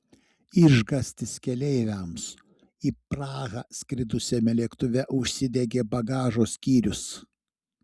išgąstis keleiviams į prahą skridusiame lėktuve užsidegė bagažo skyrius